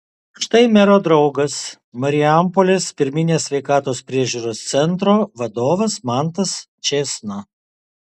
štai mero draugas marijampolės pirminės sveikatos priežiūros centro vadovas mantas čėsna